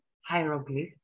hieroglyph